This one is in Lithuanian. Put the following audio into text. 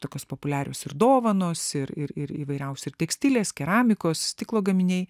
tokios populiarios ir dovanos ir ir ir įvairiausi tekstilės keramikos stiklo gaminiai